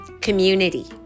community